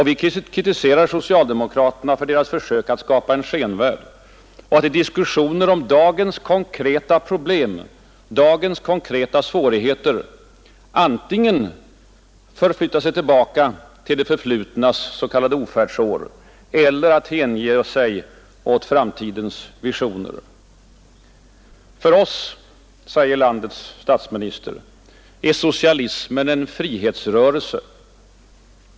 Vi kritiserar socialdemokraterna för deras försök att skapa en skenvärld och att i diskussioner om dagens konkreta problem, dagens konkreta svårigheter, antingen förflytta sig tillbaka till det förflutnas s.k. ofärdsår eller hänge sig åt framtidens visioner. För oss, säger landets statsminister, är socialismen en frihetsrörelse.